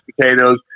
potatoes